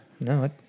No